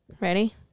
Ready